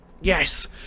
Yes